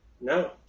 No